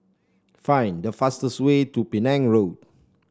find the fastest way to Penang Road